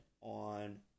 on